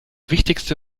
wichtigste